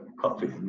coffee